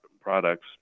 products